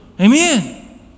Amen